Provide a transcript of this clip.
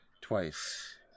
twice